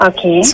Okay